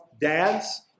dads